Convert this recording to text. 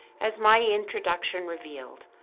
as my introduction revealed,